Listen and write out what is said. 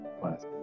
class